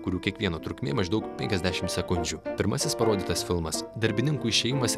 kurių kiekvieno trukmė maždaug penkiasdešimt sekundžių pirmasis parodytas filmas darbininkų išėjimas